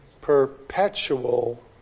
Perpetual